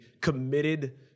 committed